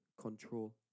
control